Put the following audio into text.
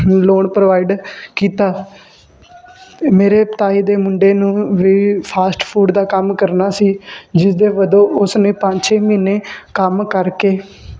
loan provide ਕੀਤਾ ਮੇਰੇ ਤਾਏ ਦੇ ਮੁੰਡੇ ਨੂੰ ਵੀ ਫਾਸਟ ਫੂਡ ਦਾ ਕੰਮ ਕਰਨਾ ਸੀ ਜਿਸ ਦੇ ਵਜੋਂ ਉਸ ਨੇ ਪੰਜ ਛੇ ਮਹੀਨੇ ਕੰਮ ਕਰਕੇ